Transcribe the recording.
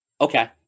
okay